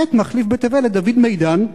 ח' מחליף ב'תבל' את דוד מידן,